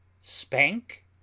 spank